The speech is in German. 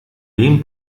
dem